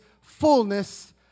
fullness